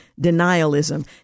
denialism